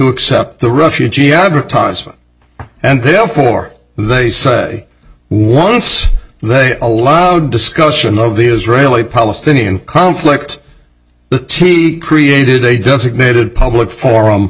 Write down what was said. accept the refugee advertisement and therefore they say once they allow discussion of the israeli palestinian conflict the t v created a does it made it public forum